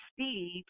Steve